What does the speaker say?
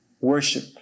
worship